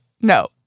no